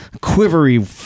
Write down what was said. quivery